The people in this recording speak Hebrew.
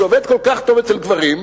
שעובד כל כך טוב אצל גברים,